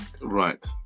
Right